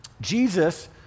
Jesus